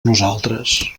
nosaltres